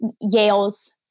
Yale's